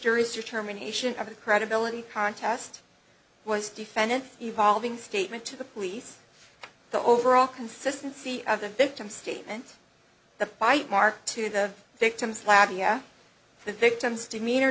jury's determination of the credibility contest was defendant evolving statement to the police the overall consistency of the victim's statement the bite mark to the victim's flavia the victim's demeanor